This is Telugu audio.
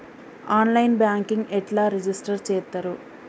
ఆన్ లైన్ బ్యాంకింగ్ ఎట్లా రిజిష్టర్ చేత్తరు?